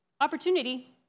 opportunity